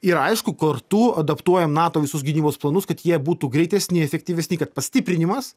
ir aišku kartu adaptuojam nato visus gynybos planus kad jie būtų greitesni efektyvesni kad pastiprinimas